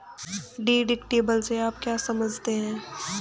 Deductible से आप क्या समझते हैं?